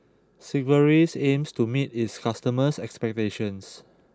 Sigvaris aims to meet its customers' expectations